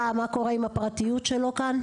מה מה קורה עם הפרטיות שלו כאן?